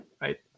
right